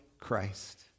Christ